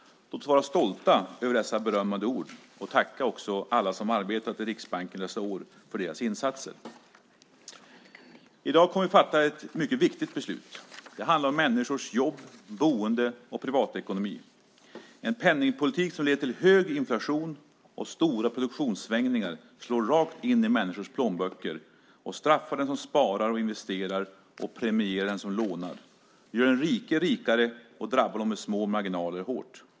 Låt oss vara stolta över dessa berömmande ord och också tacka alla dem som arbetat i Riksbanken under dessa år för deras insatser. I dag kommer vi att fatta ett mycket viktigt beslut. Det handlar om människors jobb, boende och privatekonomi. En penningpolitik som leder till hög inflation och stora produktionssvängningar slår rakt in i människors plånböcker. Den straffar den som sparar och investerar, premierar den som lånar, gör den rike rikare och drabbar dem med små marginaler hårt.